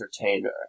entertainer